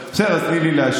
בסדר, אז תני לי להשיב.